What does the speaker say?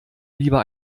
lieber